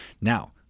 Now